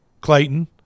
Clayton